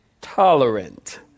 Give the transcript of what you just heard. tolerant